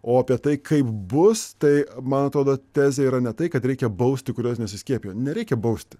o apie tai kaip bus tai man atrodo tezė yra ne tai kad reikia bausti kuriuos nesiskiepijo nereikia bausti